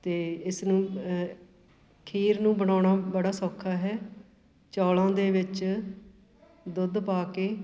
ਅਤੇ ਇਸ ਨੂੰ ਖੀਰ ਨੂੰ ਬਣਾਉਣਾ ਬੜਾ ਸੌਖਾ ਹੈ ਚੌਲਾਂ ਦੇ ਵਿੱਚ ਦੁੱਧ ਪਾ ਕੇ